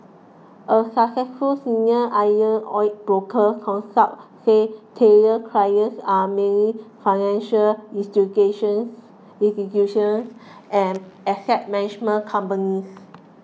a successful senior iron ore broker counsel said Taylor's clients are mainly financial instigations institutions and asset management companies